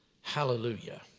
Hallelujah